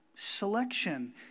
Selection